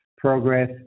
progress